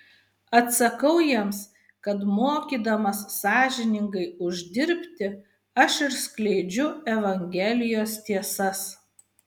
atsakau jiems kad mokydamas sąžiningai uždirbti aš ir skleidžiu evangelijos tiesas